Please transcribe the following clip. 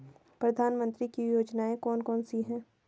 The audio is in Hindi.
प्रधानमंत्री की योजनाएं कौन कौन सी हैं?